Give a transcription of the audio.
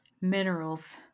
Minerals